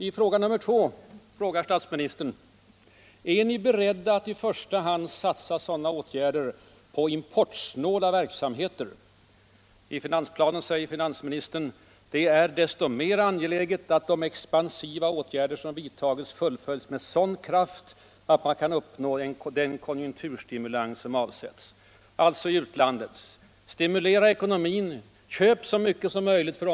I fråga nr 2 säger statsministern: Är ni beredda att i första hand satsa sådana åtgärder på ”importsnåla verksamheter”? I finansplanen säger finansministern att det är desto mer angeläget att de expansiva åtgärder som vidtas i utlandet fullföljs med sådan kraft att man kan uppnå den konjunkturstimulans som avsetts. För att stimulera ekonomin säger man alltså till omvärlden: Köp så mycket som möjligt!